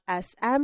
SM